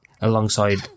Alongside